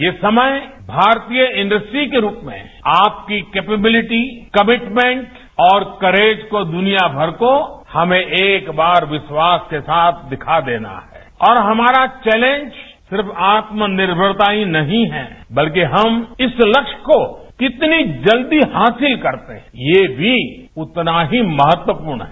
ये समय भारतीय इंडस्ट्री के रूप में आपकी कैपेबिलिटी कमिटमेंट और करेज को दनिया भर को हमें एक बार विश्वास के साथ दिखा देना है और हमारा चेलेंज सिर्फ आत्मनिर्भरता ही नहीं है बल्कि हम इस लक्ष्य को कितनी जल्दी हासिल करते हैं ये भी उतना ही महत्वपूर्ण है